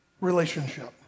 relationship